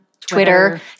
Twitter